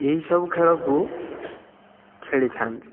ଏହି ସବୁ ଖେଳକୁ ଖେଳିଥାନ୍ତି